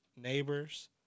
neighbors